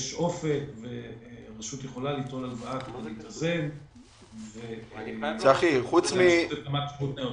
יש אופק ורשות יכולה ליטול הלוואה כדי להתאזן ולתת רמת שירות נאותה.